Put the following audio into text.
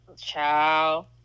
ciao